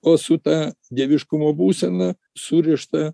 o su ta dieviškumo būsena surišta